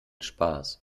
spaß